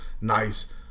nice